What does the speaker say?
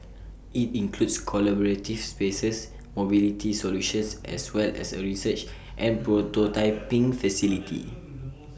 IT includes collaborative spaces mobility solutions as well as A research and prototyping facility